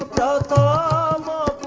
da da